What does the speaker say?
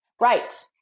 right